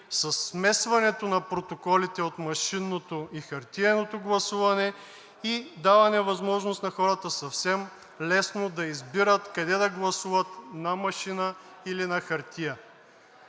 със смесването на протоколите от машинното и хартиеното гласуване и даване възможност на хората съвсем лесно да избират къде да гласуват – на машина, или на хартия.